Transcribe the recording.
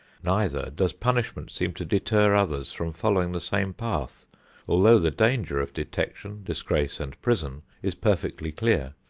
neither does punishment seem to deter others from following the same path although the danger of detection, disgrace and prison is perfectly clear.